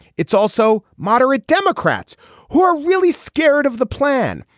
it's also moderate democrats who are really scared of the plan.